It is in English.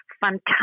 fantastic